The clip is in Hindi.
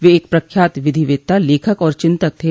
वे एक प्रख्यात विधिवेत्ता लेखक और चिन्तक थे